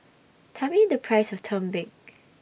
Tell Me The Price of Tumpeng